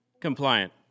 compliant